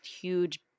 huge